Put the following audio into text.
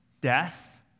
death